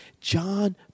John